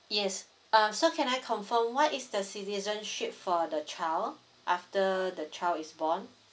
yes uh so can I confirm what is the citizenship for the child after the child is born